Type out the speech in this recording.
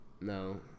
No